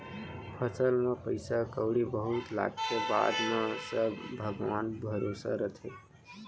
फसल म पइसा कउड़ी बहुत लागथे, बाद म सब भगवान भरोसा रथे